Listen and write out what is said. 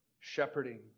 shepherding